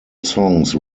songs